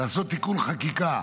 ולעשות תיקון חקיקה,